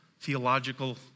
theological